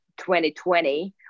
2020